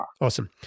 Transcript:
Awesome